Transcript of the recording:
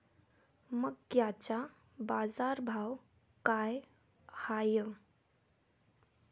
मक्याचा बाजारभाव काय हाय?